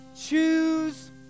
Choose